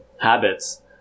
habits